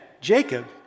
Jacob